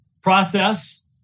process